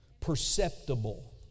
perceptible